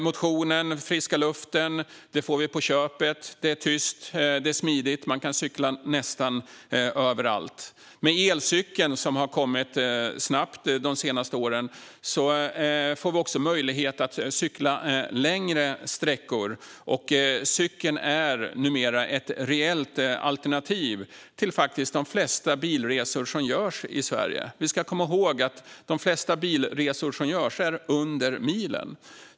Motion och frisk luft får vi på köpet. Det är tyst och smidigt - man kan cykla nästan överallt. Med elcykeln, som har kommit snabbt de senaste åren, får vi också möjlighet att cykla längre sträckor. Cykeln är numera ett reellt alternativ till de flesta bilresor som görs i Sverige. Vi ska komma ihåg att de flesta bilresor som görs är under milen.